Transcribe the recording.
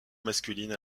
masculine